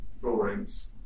drawings